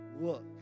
Look